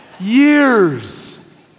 Years